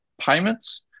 payments